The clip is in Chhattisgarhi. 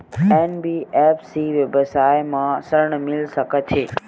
एन.बी.एफ.सी व्यवसाय मा ऋण मिल सकत हे